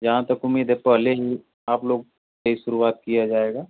जहाँ तक उम्मीद है पहले ही आप लोग से ही शुरुआत किया जाएगा